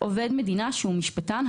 (2)עובד מדינה שהוא משפטן,